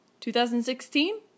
2016